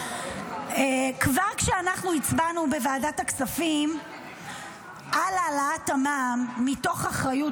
כבר כשאנחנו הצבענו בוועדת הכספים על העלאת המע"מ מתוך אחריות,